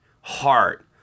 heart